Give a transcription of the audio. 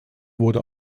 wurde